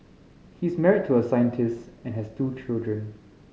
he is married to a scientist and has two children